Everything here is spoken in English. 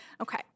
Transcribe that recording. Okay